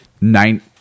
nine